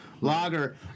lager